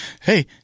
hey